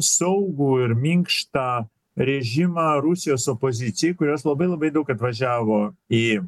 saugų ir minkštą režimą rusijos opozicijai kurios labai labai daug atvažiavo į